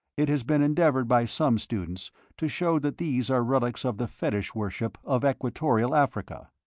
it has been endeavoured by some students to show that these are relics of the fetish worship of equatorial africa,